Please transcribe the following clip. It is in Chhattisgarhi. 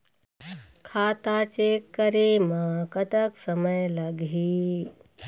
खाता चेक करे म कतक समय लगही?